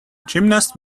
gymnast